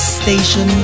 station